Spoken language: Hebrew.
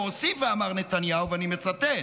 והוסיף ואמר נתניהו, ואני מצטט,